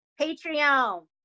Patreon